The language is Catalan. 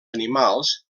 animals